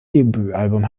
debütalbum